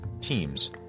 teams